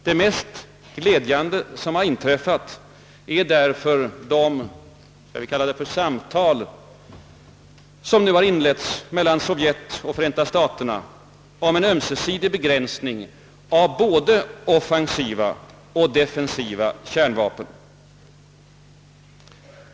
Det mest glädjande som inträffat är därför de »samtal» — jag vill kalla dem så — som nu inletts mellan Sovjet och USA om ömsesidig begränsning av både offensiva och defensiva kärnvapen.